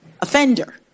offender